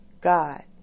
God